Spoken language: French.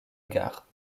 gare